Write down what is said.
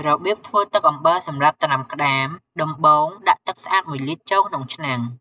របៀបធ្វើទឹកអំបិលសម្រាប់ត្រាំក្ដាម ដំបូងដាក់ទឹកស្អាត ១ លីត្រ ចូលក្នុងឆ្នាំង។